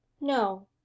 No